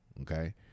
Okay